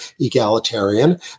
egalitarian